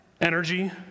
Energy